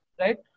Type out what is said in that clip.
Right